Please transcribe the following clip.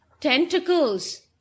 tentacles